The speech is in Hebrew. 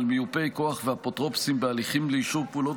על מיופי כוח ואפוטרופוסים בהליכים לאישור פעולות